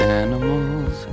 animals